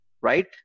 right